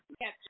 Yes